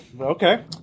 okay